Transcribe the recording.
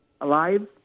alive